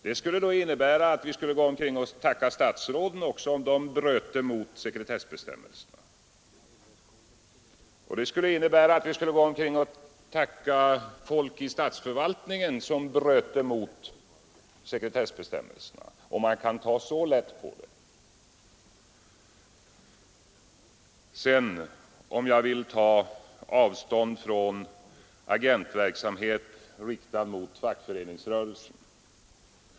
Det skulle innebära att vi också skulle tacka statsråden om de bröte mot sekretessbestämmelserna. Det skulle också innebära att vi skulle tacka folk i statsförvaltningen som bröte mot sekretessbestämmelserna. Man kan inte ta så lätt på det. Herr Hermansson frågade om jag vill ta avstånd från agentverksamhet riktad mot fackföreningsrörelsen.